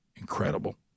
incredible